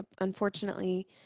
unfortunately